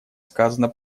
сказано